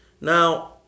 Now